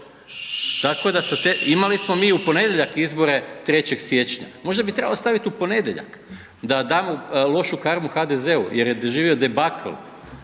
sa te, imali smo mi i u ponedjeljak izbore, 3. siječnja. Možda bi trebalo staviti u ponedjeljak da damo lošu karmu HDZ-u jer je doživio debakl